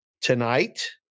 Tonight